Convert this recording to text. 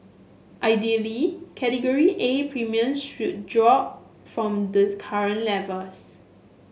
ideally Category A premium should drop from the current levels